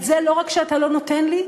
את זה לא רק שאתה לא נותן לי,